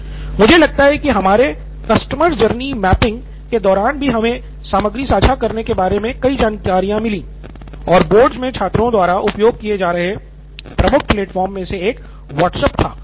निथिन कुरियन मुझे लगता है कि हमारे customer journey mapping के दौरान भी हमें सामग्री साझा करने के बारे में कई जानकारियाँ मिलीं और बोर्डस में छात्रों द्वारा उपयोग किए जा रहे प्रमुख प्लेटफार्मों में से एक व्हाट्सएप था